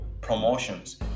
promotions